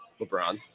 LeBron